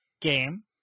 game